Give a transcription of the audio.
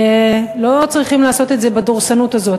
לא צריכים לעשות את זה בדורסנות הזאת.